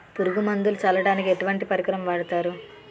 పురుగు మందులు చల్లడానికి ఎటువంటి పరికరం వాడతారు?